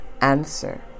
answer